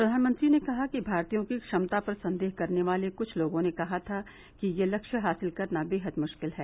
प्रधानमंत्री ने कहा कि भारतीयों की क्षमता पर संदेह करने वाले कृष्ठ लोगों ने कहा था कि यह लक्ष्य हासिल करना बेहद मुरिकल है